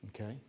okay